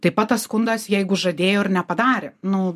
taip pat tas skundas jeigu žadėjo ir nepadarė nu